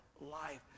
life